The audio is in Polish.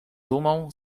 dumą